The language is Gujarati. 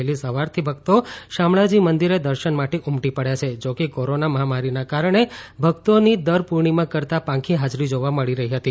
વહેલી સવાર થી ભક્તો શામળાજી મંદિરે દર્શન માટે ઉમટી પડ્યા છે જોકે કોરોના મહામારી ના કારણે ભક્તોની દર પૂર્ણિમા કરતા પાંખી હાજરી જોવા મળી રહી હતી